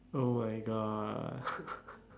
oh my god